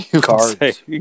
Cards